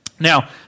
Now